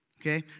Okay